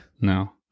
No